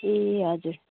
ए हजुर